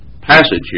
passage